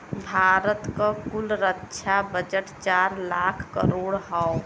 भारत क कुल रक्षा बजट चार लाख करोड़ हौ